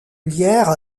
lierre